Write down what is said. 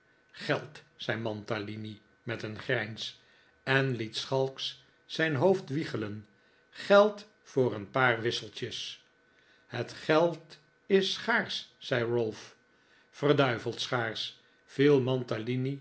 geld zei mantalini met een grijns en liet schalks zijn hoofd wiegelen geld voor een paar wisseltjes het geld is schaarsch zei ralph verduiveld schaarsch viel